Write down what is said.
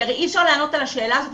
כי אי אפשר לענות על השאלה הזאת,